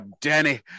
Danny